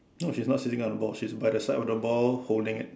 no she is not sitting on the ball she is by the side of the ball holding it